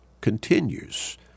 continues